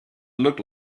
looked